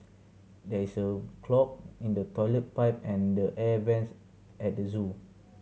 there is a clog in the toilet pipe and the air vents at the zoo